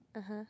(uh huh)